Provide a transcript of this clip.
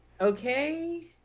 Okay